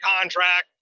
contract